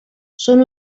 són